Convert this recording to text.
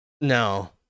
No